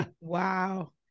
Wow